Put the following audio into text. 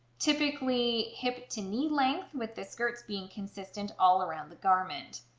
typically hip to knee length, with the skirts being consistent all around the garment.